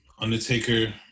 Undertaker